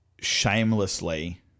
shamelessly